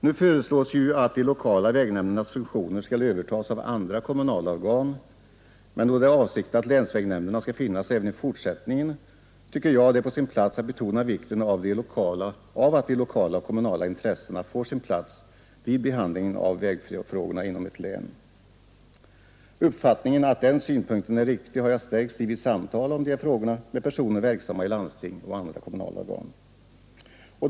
Nu föreslås att de lokala vägnämndernas funktioner skall övertas av andra kommunala organ, men då det är avsikten att länsvägnämnderna skall finnas även i fortsättningen tycker jag det är på sin plats att betona vikten av att de lokala och kommunala intressena får sin plats vid behandlingen av vägfrågorna inom ett län. I min uppfattning att den synpunkten är riktig har jag stärkts vid samtal om dessa frågor med personer verksamma i landsting och andra kommunala organ.